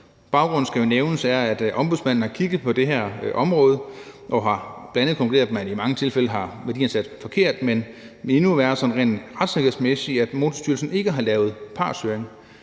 Baggrunden, som skal nævnes, er, at Ombudsmanden har kigget på det her område og bl.a. har konkluderet, at man i mange tilfælde har værdiansat forkert, men endnu værre er det sådan retssikkerhedsmæssigt, at Motorstyrelsen ikke har lavet partshøring.